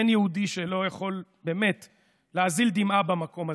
אין יהודי שלא יכול באמת שלא להזיל דמעה במקום הזה.